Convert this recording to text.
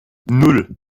nan